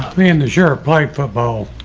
i mean there's your pipe football.